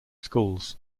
schools